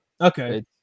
okay